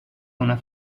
una